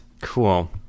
Cool